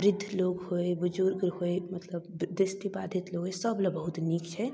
वृद्ध लोक होइ बुजुर्ग होइ मतलब दृष्टिबाधित लोक होइ सभलए बहुत नीक छै